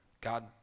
God